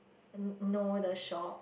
uh no the shop